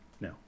No